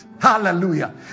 hallelujah